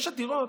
יש עתירות